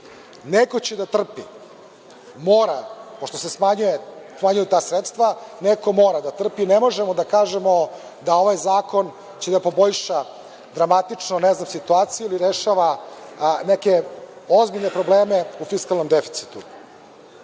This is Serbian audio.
će da trpi, mora, pošto se smanjuju ta sredstva. Neko mora da trpi. Ne možemo da kažemo da će ovaj zakon da poboljša dramatično situaciju ili da rešava neke ozbiljne probleme u fiskalnom deficitu. Ja